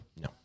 no